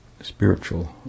spiritual